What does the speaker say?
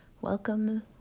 welcome